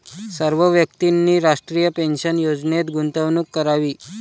सर्व व्यक्तींनी राष्ट्रीय पेन्शन योजनेत गुंतवणूक करावी